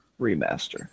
remaster